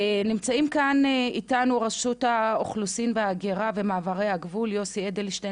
נמצאים כאן איתנו רשות האוכלוסין ההגירה ומעברי הגבול,